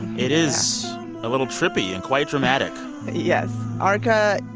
it is a little trippy and quite dramatic yes. arca,